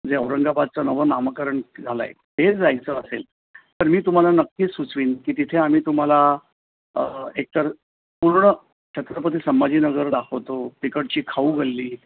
म्हणजे औरंगाबादचं नवं नामकरण झालं आहे ते जायचं असेल तर मी तुम्हाला नक्की सुचवेन की तिथे आम्ही तुम्हाला एकतर पूर्ण छत्रपती संभाजीनगर दाखवतो तिकडची खाऊगल्ली